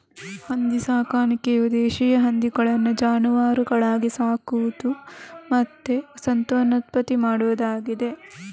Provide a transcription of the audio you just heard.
ಹಂದಿ ಸಾಕಾಣಿಕೆಯು ದೇಶೀಯ ಹಂದಿಗಳನ್ನ ಜಾನುವಾರುಗಳಾಗಿ ಸಾಕುದು ಮತ್ತೆ ಸಂತಾನೋತ್ಪತ್ತಿ ಮಾಡುದಾಗಿದೆ